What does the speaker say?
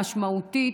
משמעותית,